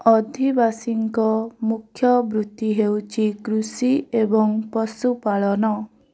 ଅଧିବାସୀଙ୍କ ମୁଖ୍ୟ ବୃତ୍ତି ହେଉଛି କୃଷି ଏବଂ ପଶୁପାଳନ